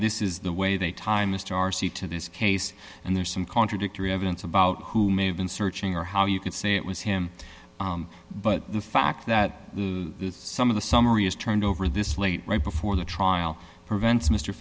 this is the way they tie mr darcy to this case and there's some contradictory evidence about who may have been searching or how you could say it was him but the fact that some of the summary is turned over this late right before the trial prevents m